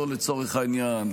לצורך העניין,